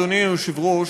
אדוני היושב-ראש,